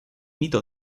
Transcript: mito